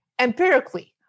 empirically